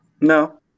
No